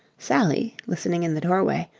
sally, listening in the doorway,